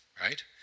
right